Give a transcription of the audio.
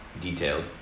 Detailed